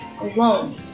alone